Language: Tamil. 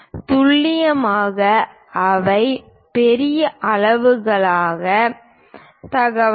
துல்லியமாக இவை பெரிய அளவிலான தகவல்கள்